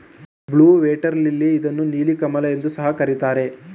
blue water lily ಇದನ್ನು ನೀಲಿ ಕಮಲ ಎಂದು ಸಹ ಕರಿತಾರೆ